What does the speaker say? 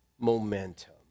momentum